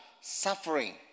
suffering